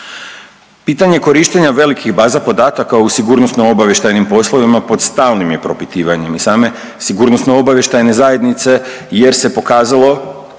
Pitanje korištenja velikih baza podataka u sigurnosno-obavještajnim poslovima pod stalnim je propitivanjem i same sigurnosno-obavještajne zajednice jer se pokazalo,